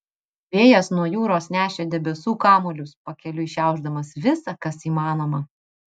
vėjas nuo jūros nešė debesų kamuolius pakeliui šiaušdamas visa kas įmanoma